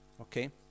Okay